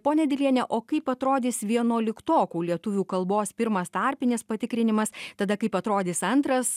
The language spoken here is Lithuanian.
ponia diliene o kaip atrodys vienuoliktokų lietuvių kalbos pirmas tarpinis patikrinimas tada kaip atrodys antras